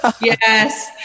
Yes